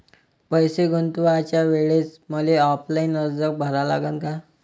पैसे गुंतवाच्या वेळेसं मले ऑफलाईन अर्ज भरा लागन का?